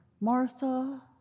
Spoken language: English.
Martha